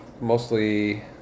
mostly